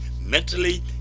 mentally